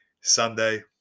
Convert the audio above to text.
Sunday